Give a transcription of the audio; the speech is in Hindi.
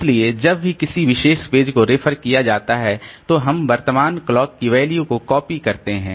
इसलिए जब भी किसी विशेष पेज को रेफर किया जाता है तब हम वर्तमान घड़ी की वैल्यू को कॉपी करते हैं